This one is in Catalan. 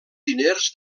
diners